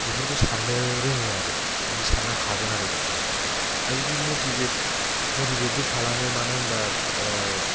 बेफोरखौ सान्नो रोङो आरो मोनसे सान्नो हागोन आरो बिसोरो आरो जुदि मतिभेत मतिभेत खालामो मानो होनबा